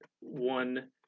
one